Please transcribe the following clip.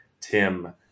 Tim